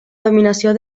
dominació